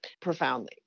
profoundly